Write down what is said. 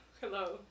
hello